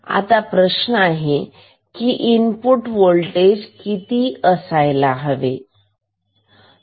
आता प्रश्न असा आहे की इनपुट व्होल्टेज किती असायला हवं